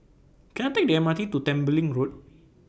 Can I Take The M R T to Tembeling Road